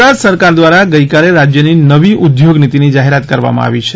ગુજરાત સરકાર દ્વારા ગઇકાલે રાજ્યની નવી ઉધોગ નીતિની જાહેરાત કરવામાં આવી છે